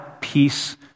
peace